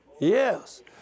Yes